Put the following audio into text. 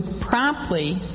promptly